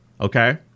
Okay